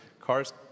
cars